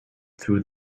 through